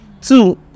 two